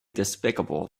despicable